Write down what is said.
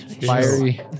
Fiery